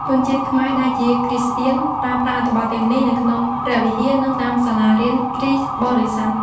ជនជាតិខ្មែរដែលជាគ្រីស្ទានប្រើប្រាស់អត្ថបទទាំងនេះនៅក្នុងព្រះវិហារ និងតាមសាលារៀនគ្រីស្ទបរិស័ទ។